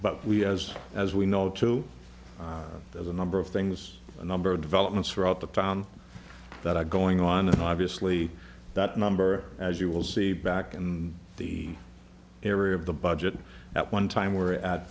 but we as as we know too there's a number of things number of developments throughout the town that are going on and obviously that number as you will see back and the area of the budget at one time we're at